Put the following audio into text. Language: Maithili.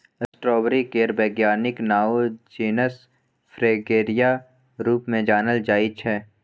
स्टाँबेरी केर बैज्ञानिक नाओ जिनस फ्रेगेरिया रुप मे जानल जाइ छै